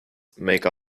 make